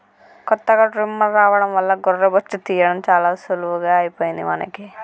కొత్తగా ట్రిమ్మర్ రావడం వల్ల గొర్రె బొచ్చు తీయడం చాలా సులువుగా అయిపోయింది మనకి